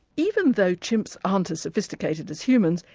even though chimps aren't as sophisticated as humans,